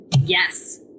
Yes